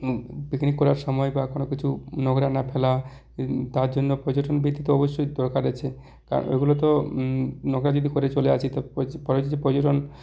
picnic করার সময় বা কোনোকিছু নোংরা না ফেলা তার জন্য পর্যটন বৃদ্ধি তো অবশ্যই দরকার আছে কারণ ওগুলো তো নোংরা যদি করে চলে আসি পর্যটন